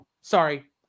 Sorry